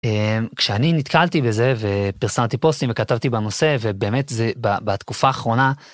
כשאני נתקלתי בזה ופרסמתי פוסטים וכתבתי בנושא ובאמת זה בתקופה האחרונה.